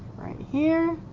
right here